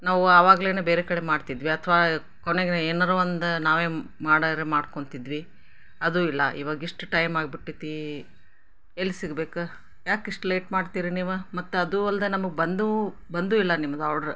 ನಾವು ಅವಾಗ್ಲೇ ಬೇರೆ ಕಡೆ ಮಾಡ್ತಿದ್ವಿ ಅಥವಾ ಕೊನೆಗೆ ನಾ ಏನಾರೂ ಒಂದು ನಾವೇ ಮಾಡಾರೂ ಮಾಡ್ಕೊಳ್ತಿದ್ವಿ ಅದೂ ಇಲ್ಲ ಇವಾಗ ಇಷ್ಟು ಟೈಮಾಗಿಬಿಟ್ಟತೀ ಎಲ್ಲಿ ಸಿಗ್ಬೇಕು ಯಾಕೆ ಇಷ್ಟು ಲೇಟ್ ಮಾಡ್ತೀರಿ ನೀವು ಮತ್ತು ಅದೂ ಅಲ್ದೇ ನಮಗೆ ಬಂದೂ ಬಂದೂ ಇಲ್ಲ ನಿಮ್ದು ಆರ್ಡ್ರ